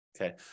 okay